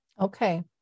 Okay